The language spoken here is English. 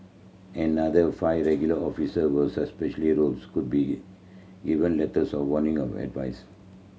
another five regular officer will roles could be given letters of warning or advice